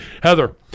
Heather